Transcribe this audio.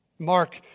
Mark